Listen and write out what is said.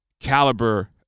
caliber